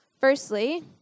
Firstly